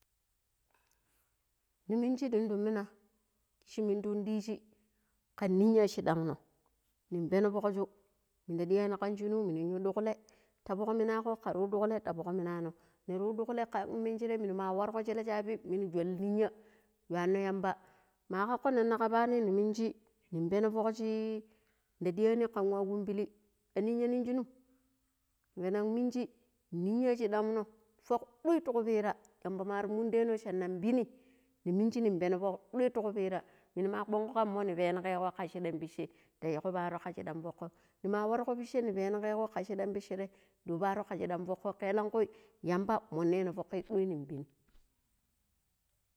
﻿Neminji nin ɗummina shee mundan yu ɗiiji kan ninya shiɗam no ni peno fukshu munda ɗiani kan shunu muni yu ɗuƙule ta fuk mina go ka yu ɗuƙule ka fuk mina no nar yu ɗuƙle ka immingire munma wargo shelle shabi munu shall ninya yuwan ni yamba ma kakko nnan kapani ni mingi ning peno fuk shi da ɗiani kan wa kumbulli.a ninya nin shinum pennan minji ninya shiɗam no fuk ɗuai ti kupira yamba mar munda no sha na pini ne mingi shanna panno fuk ɗuai ti kupira munu ma kpwango ka mo ni panigo ka shiɗam ptchee da yigo paro ka shiɗam fukku nima ma wargo pitche ni pengego ka shiɗam pitchee ɗai da yu paro ka shiɗam. fukku keelankui yamba munda no fuki ɗuai ni peni.